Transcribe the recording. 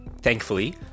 Thankfully